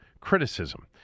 criticism